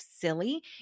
silly